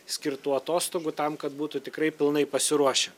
skirtų atostogų tam kad būtų tikrai pilnai pasiruošę